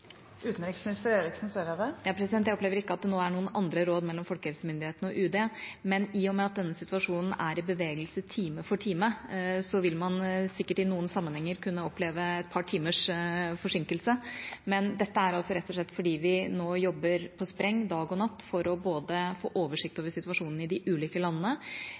Jeg opplever ikke at det nå er noen forskjellige råd mellom folkehelsemyndighetene og UD, men i og med at denne situasjonen er i bevegelse time for time, vil man sikkert i noen sammenhenger kunne oppleve et par timers forsinkelse. Men dette er altså rett og slett fordi vi nå jobber på spreng dag og natt, for både å få oversikt over situasjonen i de ulike landene